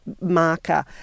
Marker